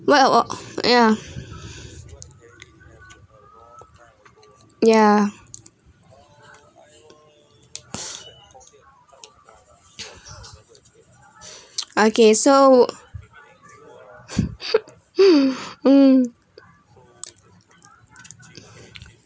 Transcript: what about ya ya okay so um